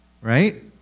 Right